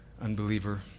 Unbeliever